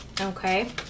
okay